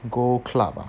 go club